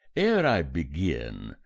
ere i begin,